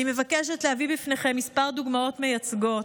אני מבקשת להביא בפניכם כמה דוגמאות מייצגות.